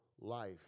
life